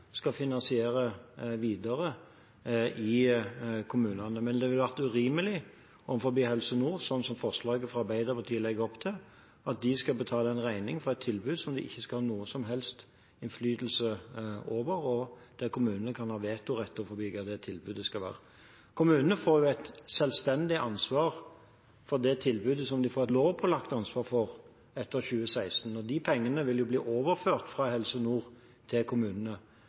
skal finansiere i kommunene. Det ville vært urimelig overfor Helse Nord, om de – sånn som forslaget fra Arbeiderpartiet legger opp til – skal betale en regning for et tilbud som de ikke skal ha noen som helst innflytelse over, og der kommunene kan ha vetorett med hensyn til hvordan tilbudet skal være. Kommunene får et selvstendig ansvar for tilbud som de får et lovpålagt ansvar for etter 2016. De pengene vil bli overført fra Helse Nord til kommunene.